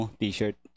t-shirt